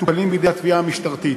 מטופלים בידי התביעה המשטרתית.